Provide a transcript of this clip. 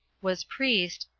was priest,